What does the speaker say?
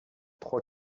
trois